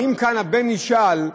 אם כאן הבן ישאל: